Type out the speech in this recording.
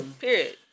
Period